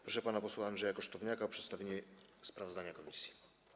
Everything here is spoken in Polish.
Proszę pana posła Andrzeja Kosztowniaka o przedstawienie sprawozdania komisji.